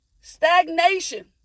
stagnation